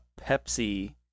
Pepsi